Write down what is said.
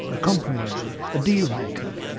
a compromiser, a deal-maker,